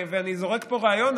ואני זורק פה רעיון,